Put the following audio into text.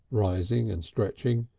rising and stretching.